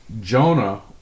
Jonah